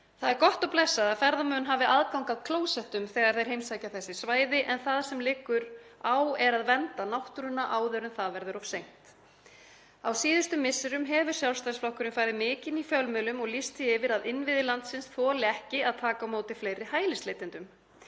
Það er gott og blessað að ferðamenn hafi aðgang að klósettum þegar þeir heimsækja þessi svæði en það sem liggur á er að vernda náttúruna áður en það verður of seint. Á síðustu misserum hefur Sjálfstæðisflokkurinn farið mikinn í fjölmiðlum og lýst því yfir að innviðir landsins þoli ekki að taka á móti fleiri hælisleitendum.